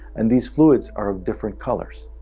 and these fluids are of different colors.